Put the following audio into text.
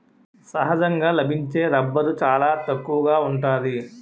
సహజంగా లభించే రబ్బరు చాలా తక్కువగా ఉంటాది